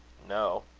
no.